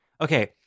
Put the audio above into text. okay